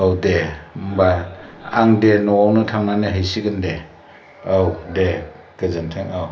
औ दे होमबा आं दे न'आवनो थांनानै हैसिगोन दे औ दे गोजोन्थों औ